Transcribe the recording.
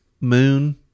moon